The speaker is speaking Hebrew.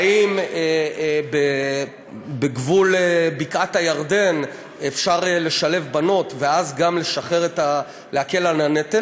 האם בגבול בקעת הירדן אפשר לשלב בנות ואז גם להקל על הנטל?